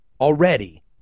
already